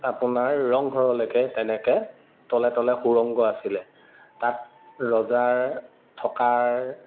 আপোনাৰ ৰংঘৰলৈকে তেনেকে তলে তলে সুৰংগ আছিলে তাত ৰজাৰ থকাৰ